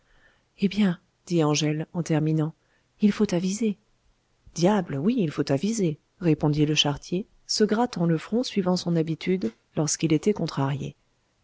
eh bien dit angèle en terminant il faut aviser diable oui il faut aviser répondit le charretier se grattant le front suivant son habitude lorsqu'il était contrarié